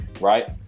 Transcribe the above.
right